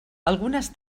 algunes